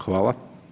Hvala.